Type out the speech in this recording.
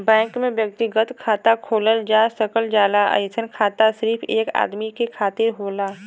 bank में व्यक्तिगत खाता खोलल जा सकल जाला अइसन खाता सिर्फ एक आदमी के खातिर होला